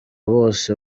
bose